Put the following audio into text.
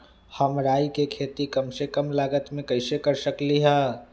हम राई के खेती कम से कम लागत में कैसे कर सकली ह?